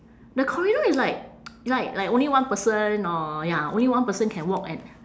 the corridor is like it's like like only one person or ya only one person can walk and